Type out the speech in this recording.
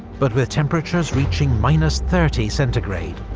but with temperatures reaching minus thirty centigrade,